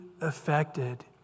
affected